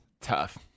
Tough